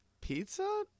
pizza